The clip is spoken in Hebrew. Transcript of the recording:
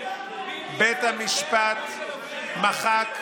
בית המשפט מחק,